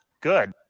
Good